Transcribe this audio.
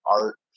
art